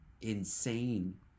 insane